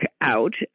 out